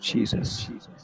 Jesus